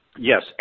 Yes